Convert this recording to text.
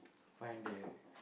find there